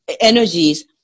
energies